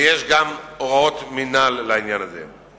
ויש גם הוראות מינהל לעניין הזה.